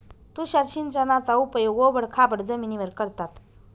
तुषार सिंचनाचा उपयोग ओबड खाबड जमिनीवर करतात